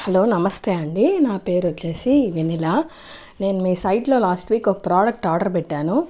hello నమస్తే అండి నా పేరు వచ్చేసి వెన్నెల నేను మీ సైట్లో లాస్ట్ వీక్ ఒక ప్రోడక్ట్ ఆర్డర్ పెట్టాను